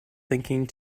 thinking